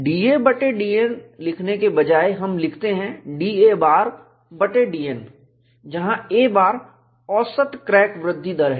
da बटे dN लिखने के बजाय हम लिखते हैं da बार बटे dN जहां a बार औसत क्रैक वृद्धि दर है